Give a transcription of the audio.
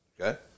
Okay